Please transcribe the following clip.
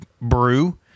Brew